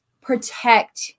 Protect